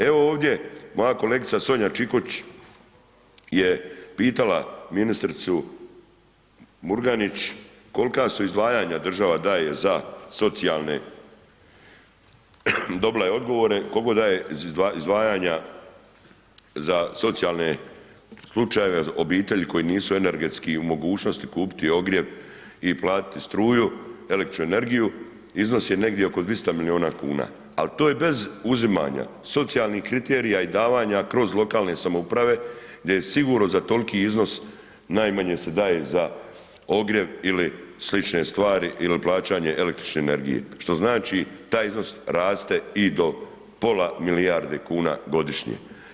Evo ovdje moja kolegica Sonja Čikotić je pitala ministricu Murganić, kolika su izdvajanja država daje za socijalne, dobila je odgovore kolko daje izdvajanja za socijalne slučajeve, obitelji koji nisu energetski u mogućnosti kupiti ogrjev i platiti struju, električnu energiju, iznos je negdje oko 200 milijuna kuna, al to je bez uzimanja, socijalni kriterija i davanja kroz lokalne samouprave gdje je sigurno za tolik iznos najmanje se daje za ogrjev ili slične stvari il plaćanje električne energije, što znači taj iznos raste i do pola milijarde kuna godišnje.